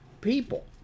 people